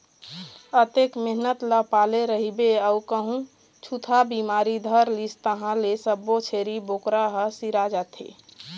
अतेक मेहनत ल पाले रहिबे अउ कहूँ छूतहा बिमारी धर लिस तहाँ ले सब्बो छेरी बोकरा ह सिरा जाथे